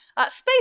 Space